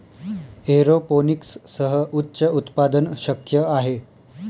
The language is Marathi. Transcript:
एरोपोनिक्ससह उच्च उत्पादन शक्य आहे